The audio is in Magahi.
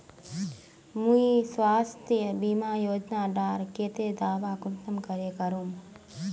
मुई स्वास्थ्य बीमा योजना डार केते दावा कुंसम करे करूम?